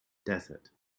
desert